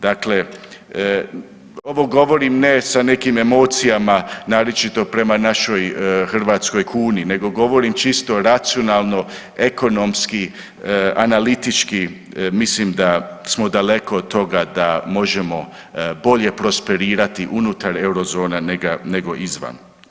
Dakle, ovo govorim ne sa nekim emocijama naročito prema našoj hrvatskoj kuni, nego govorim čisto racionalno, ekonomski, analitički mislim da smo daleko od toga da možemo bolje prosperirati unutar euro zona nego izvan.